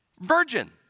virgin